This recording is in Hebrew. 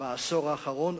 בעשור האחרון.